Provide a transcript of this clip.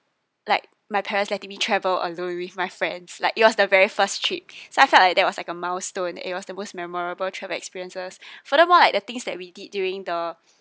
like my parents letting me travel alone with my friends like it was the very first trip so I felt like that was like a milestone it was the most memorable travel experiences further more like the things that we did during the